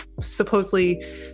supposedly